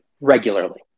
regularly